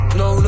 no